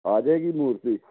ਆ ਜਾਏਗੀ ਮੂਰਤੀ